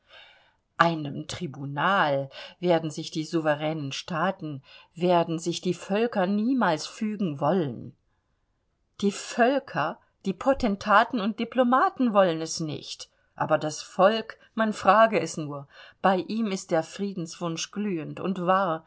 einem tribunal werden sich die souveränen staaten werden sich die völker niemals fügen wollen die völker die potentaten und diplomaten wollen es nicht aber das volk man frage es nur bei ihm ist der friedenswunsch glühend und wahr